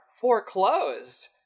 foreclosed